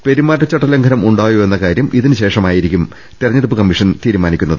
പെരുമാറ്റച്ചട്ട ലംഘനം ഉണ്ടായോ എന്ന കാര്യം ഇതിന് ശേഷമായിരിക്കും തെരഞ്ഞെടുപ്പ് കമ്മീഷൻ തീരുമാനിക്കുന്നത്